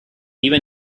even